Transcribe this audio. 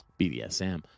BDSM